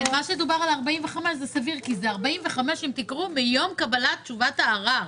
45 ימים זה סביר, כי זה מיום קבלת תשובת הערר.